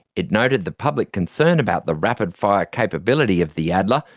it noted the public concern about the rapid-fire capability of the adler,